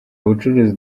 bucuruzi